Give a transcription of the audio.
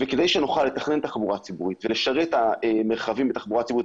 כדי שנוכל לתכנן תחבורה ציבורית ולשרת את המרחבים בתחבורה ציבורית,